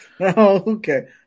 okay